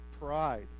pride